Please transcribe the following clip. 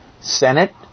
Senate